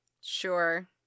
Sure